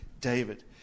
David